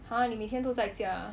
!huh! 你每天都在家啊